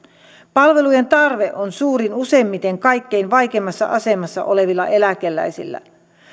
palvelujen tarve on suurin useimmiten kaikkein vaikeimmassa asemassa olevilla eläkeläisillä